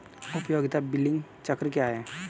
उपयोगिता बिलिंग चक्र क्या है?